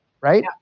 Right